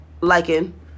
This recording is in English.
liking